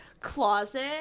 Closet